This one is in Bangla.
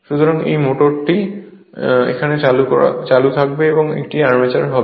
সুতরাং এই মোটরটি এখানে চালু থাকবে এবং এটি আর্মেচার হবে